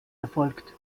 erfolgt